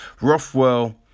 Rothwell